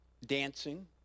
Dancing